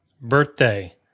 birthday